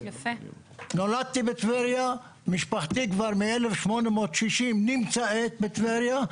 נולדתי בטבריה, משפחתי כבר מ-1860 נמצאת בטבריה.